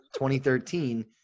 2013